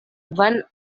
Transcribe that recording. when